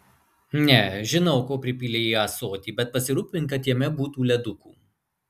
ne žinau ko pripylei į ąsotį bet pasirūpink kad jame būtų ledukų